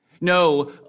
No